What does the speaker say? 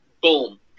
boom